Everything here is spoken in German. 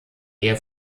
ehe